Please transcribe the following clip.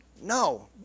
No